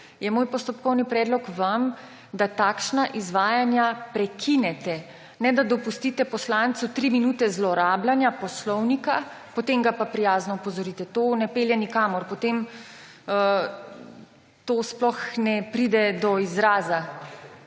je moj postopkovni predlog vam, da takšna izvajanja prekinete, ne da dopustite poslancu tri minute zlorabljanja poslovnika, potem ga pa prijazno opozorite. To ne pelje nikamor. Potem to sploh ne pride do izraza.